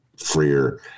freer